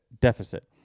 deficit